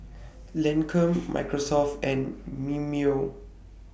Lancome Microsoft and Mimeo